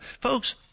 Folks